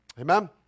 Amen